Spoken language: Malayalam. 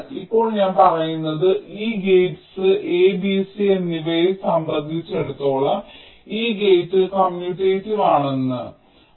ഇപ്പോൾ ഞാൻ പറയുന്നത് ഈ ഗേറ്റ്സ് A B C എന്നിവയെ സംബന്ധിച്ചിടത്തോളം ഈ ഗേറ്റ് കമ്മ്യൂട്ടേറ്റീവ് ആണെന്നാണ്